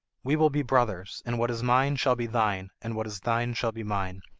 we will be brothers, and what is mine shall be thine, and what is thine shall be mine.